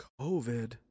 COVID